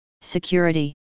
Security